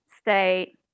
state